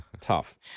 tough